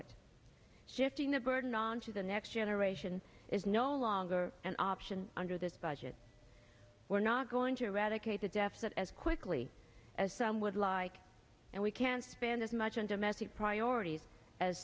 on to the next generation is no longer an option under this budget we're not going to eradicate the deficit as quickly as some would like and we can spend as much on domestic priorities as